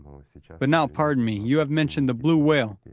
but now, pardon me, you have mentioned the blue whale,